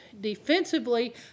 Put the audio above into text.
defensively